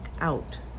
out